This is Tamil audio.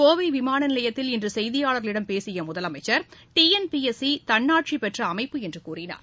கோவை விமான நிலையத்தில் இன்று செய்தியாளர்களிடம் பேசிய முதலமைச்சர் டிஎன்பிஎஸ்சி தன்னாட்சி பெற்ற அமைப்பு என்று கூறினார்